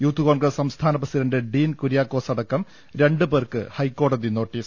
youth Congress സംസ്ഥാന president Dean കുര്യാക്കോസടക്കം രണ്ട് പേർക്ക് ഹൈക്കോടതി നോട്ടീ സ്